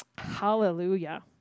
Hallelujah